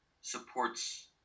supports